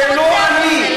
זה לא אני,